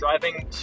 driving